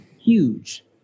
huge